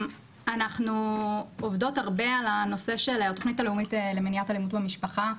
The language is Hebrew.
אנחנו עובדות הרבה על הנושא של התכנית הלאומית למניעת אלימות במשפחה.